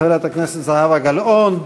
חברת הכנסת זהבה גלאון.